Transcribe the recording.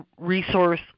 resource